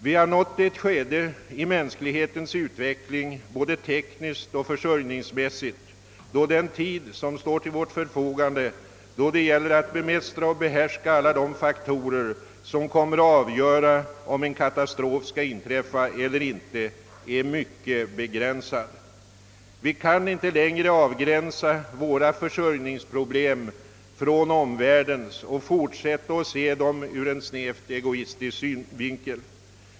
Vi har nått ett skede i mänsklighetens utveckling både tekniskt och försörjningsmässigt då den tid som står till förfogande för att bemästra och behärska alla de faktorer, som kommer att avgöra om en katastrof skall inträffa eller inte, är mycket begränsad. Vi kan inte längre avgränsa våra försörjningsproblem från omvärldens och fortsätta att se dem ur en snävt egoistisk synvinkel.